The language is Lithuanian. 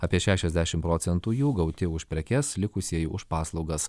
apie šešiasdešim procentų jų gauti už prekes likusieji už paslaugas